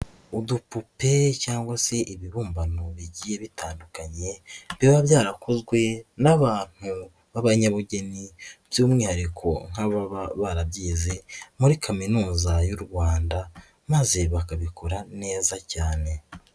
Udupupe cyangwa se ibibumbano bigiye bitandukanye, biba byarakozwe n'abantu b'abanyabugeni by'umwihariko nk'ababa barabyize muri Kaminuza y'u Rwanda maze bakabikora neza cyane.